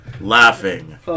laughing